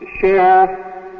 share